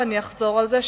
ואני אחזור על זה,